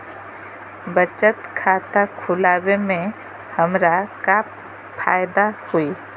बचत खाता खुला वे में हमरा का फायदा हुई?